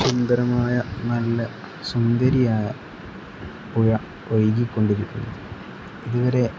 സുന്ദരമായ നല്ല സുന്ദരിയായ പുഴ ഒഴുകിക്കൊണ്ടിരിക്കുന്നത് ഇതുവരെ